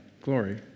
glory